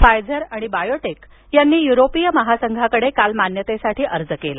Pfizer आणि biotech यांनी युरोपीय महासंघाकडे काल मान्यतेसाठी अर्ज केला